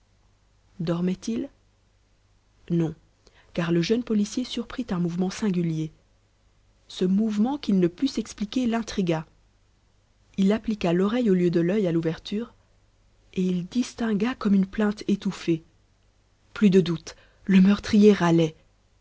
dormait il non car le jeune policier surprit un mouvement singulier ce mouvement qu'il ne put s'expliquer l'intrigua il appliqua l'oreille au lieu de l'œil à l'ouverture et il distingua comme une plainte étouffée plus de doute le meurtrier râlait